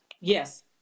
Yes